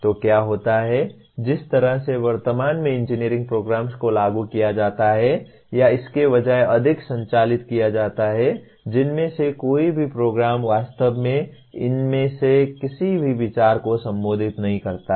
तो क्या होता है जिस तरह से वर्तमान में इंजीनियरिंग प्रोग्राम्स को लागू किया जाता है या इसके बजाय अधिक संचालित किया जाता है जिनमें से कोई भी प्रोग्राम वास्तव में इनमें से किसी भी विचार को संबोधित नहीं करता है